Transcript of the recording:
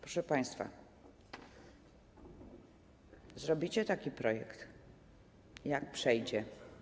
Proszę państwa, jak zrobicie taki projekt, jak przejdzie.